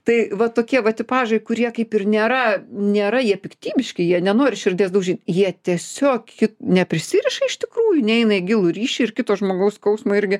tai va tokie va tipažai kurie kaip ir nėra nėra jie piktybiški jie nenori širdies daužyt jie tiesiog neprisiriša iš tikrųjų neina į gilų ryšį ir kito žmogaus skausmo irgi